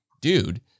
dude